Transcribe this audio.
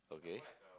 okay